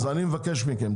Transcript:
אז אני מבקש מכם,